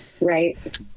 Right